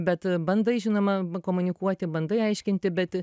bet bandai žinoma m komunikuoti bandai aiškinti bet